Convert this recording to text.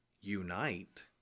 unite